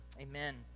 amen